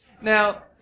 now